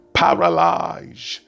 paralyze